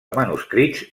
manuscrits